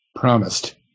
promised